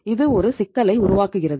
இது ஒரு சிக்கலை உருவாக்குகிறது